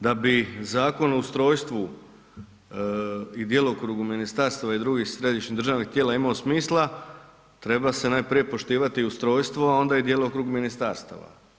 Da bi Zakon o ustrojstvu i djelokrugu ministarstava i drugih središnjih državnih tijela imao smisla treba se najprije poštivati ustrojstvo, a onda i djelokrug ministarstava.